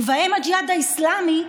ובהם הג'יהאד האסלאמי,